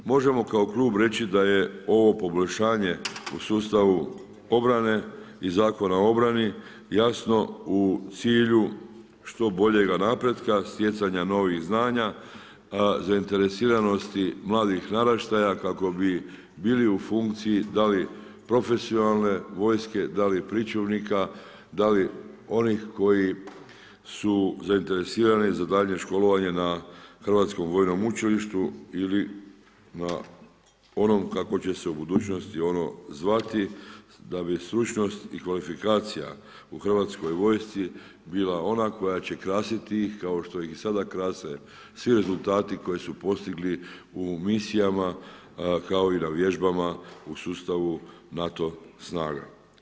Možemo kao klub reći da je ovo poboljšanje u sustavu obrane i Zakona o obrani jasno u cilju što boljeg napretka, stjecanja novih znanja, zainteresiranosti mladih naraštaja kako bi bili u funkciji da li profesionalne vojske, da li pričuvnika, da li onih koji su zainteresirani za daljnje školovanje na Hrvatskom vojnom učilištu ili na onom kako će se u budućnosti ono zvati da bi stručnost i kvalifikacija u Hrvatskoj vojsci bila ona koja će krasiti ih kao što ih i sada krase svi rezultati koji su postigli u misijama kao i na vježbama u sustavu NATO snaga.